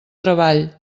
treball